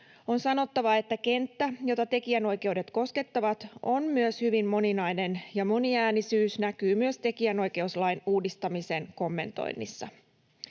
On sanottava, että kenttä, jota tekijänoikeudet koskettavat, on myös hyvin moninainen, ja moniäänisyys näkyy myös tekijänoikeuslain uudistamisen kommentoinnissa.